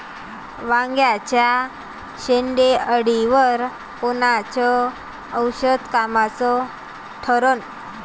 वांग्याच्या शेंडेअळीवर कोनचं औषध कामाचं ठरन?